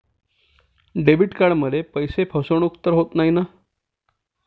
Debit कार्डमध्ये पैसे फसवणूक होत नाही ना?